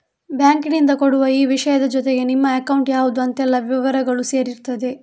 ಬ್ಯಾಂಕಿನಿಂದ ಕೊಡುವ ಈ ವಿಷಯದ ಜೊತೆಗೆ ನಿಮ್ಮ ಅಕೌಂಟ್ ಯಾವ್ದು ಅಂತೆಲ್ಲ ವಿವರಗಳೂ ಸೇರಿರ್ತದೆ